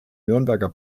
nürnberger